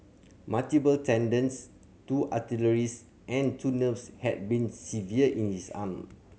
multiple tendons two arteries and two nerves had been severed in his arm